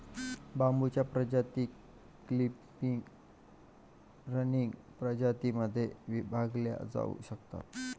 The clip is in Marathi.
बांबूच्या प्रजाती क्लॅम्पिंग, रनिंग प्रजातीं मध्ये विभागल्या जाऊ शकतात